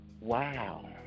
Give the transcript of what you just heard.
Wow